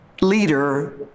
leader